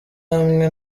hamwe